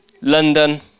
London